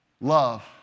Love